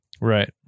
Right